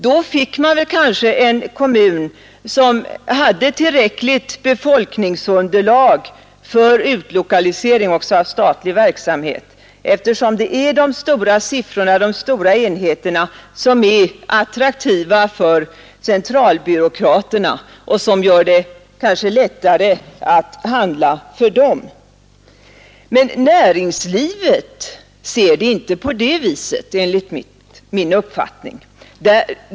Då fick man kanske en kommun med tillräckligt befolkningsunderlag för utlokalisering också av statlig verksamhet, eftersom det är de stora enheterna som är attraktiva för centralbyråkraterna och som gör det lättare för dem att handla. Men inom näringslivet ser man det inte så enligt min uppfattning.